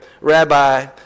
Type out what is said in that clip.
Rabbi